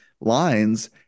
lines